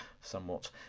somewhat